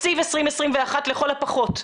תקציב 2021 לכל הפחות.